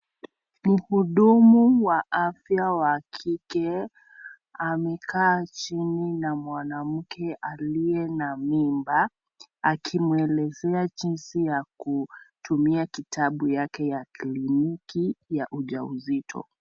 Muhudumu wa afya wa kike amekaa chini na mwanamke aliye na mimba akimwelezea jinsi ya kutumia kitabu yake ya clinic ya ujauzito.